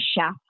chef